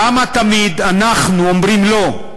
למה תמיד אנחנו אומרים לא?